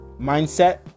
mindset